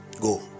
Go